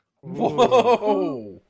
Whoa